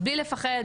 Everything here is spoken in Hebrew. בלי לפחד,